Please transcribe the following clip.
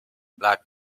black